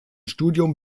studium